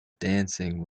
dancing